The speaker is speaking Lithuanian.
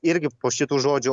irgi po šitų žodžių